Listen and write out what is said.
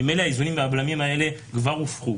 ממילא האיזונים והבלמים האלה כבר הופרו.